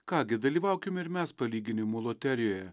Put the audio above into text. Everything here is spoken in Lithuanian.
ką gi dalyvaukime ir mes palyginimų loterijoje